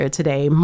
today